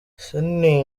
ciney